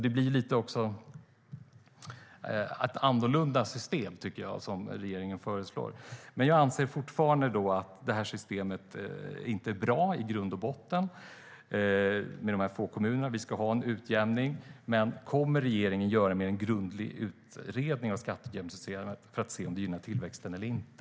Det är alltså ett annorlunda system som regeringen föreslår.